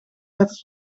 letters